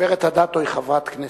הגברת אדטו היא חברת כנסת.